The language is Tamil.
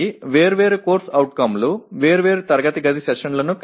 எனவே வெவ்வேறு CO களில் வெவ்வேறு வகுப்பறை அமர்வுகள் இருக்கலாம்